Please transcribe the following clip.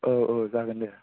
औ औ जागोन दे